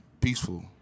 peaceful